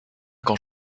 quand